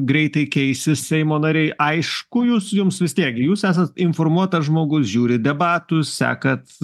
greitai keisis seimo nariai aišku jūs jums vis tiek jūs esat informuotas žmogus žiūrit debatus sekat